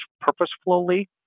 purposefully